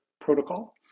protocol